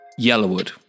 Yellowwood